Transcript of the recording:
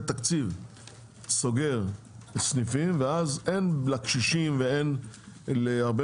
תקציב סוגר סניפים ואז אין לקשישים ואין להרבה